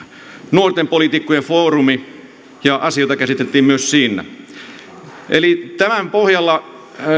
nuorten poliitikkojen foorumi ja asioita käsiteltiin myös siinä tämän pohjalla